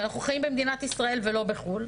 ואנחנו חיים במדינת ישראל ולא בחו"ל,